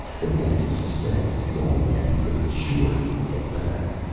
the man to suspect is the only man who could be sure he would get back!